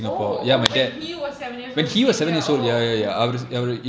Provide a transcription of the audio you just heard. oh oh when he was seven years old he came here oh okay okay okay